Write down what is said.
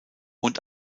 und